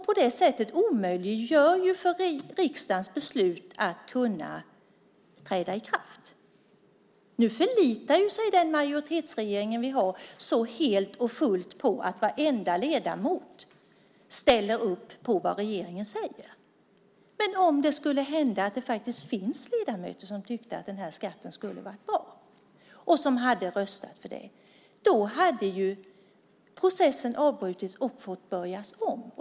På det sättet omöjliggör man att riksdagens beslut kan träda i kraft. Nu förlitar sig den majoritetsregering vi har så helt och fullt på att varenda ledamot ställer upp på vad regeringen säger. Men om det hade funnits ledamöter som tyckt att den här skatten skulle vara kvar och hade röstat för det hade ju processen avbrutits och fått börja om.